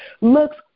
looks